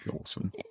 awesome